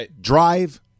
drive